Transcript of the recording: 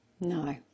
no